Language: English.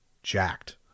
Jacked